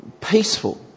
peaceful